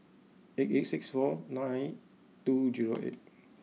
eight eight six four night two zero eight